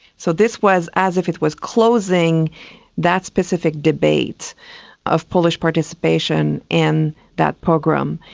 so this was as if it was closing that specific debate of polish participation in that pogrom,